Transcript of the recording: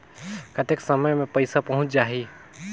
कतेक समय मे पइसा पहुंच जाही?